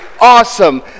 awesome